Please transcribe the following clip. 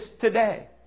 today